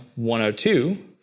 102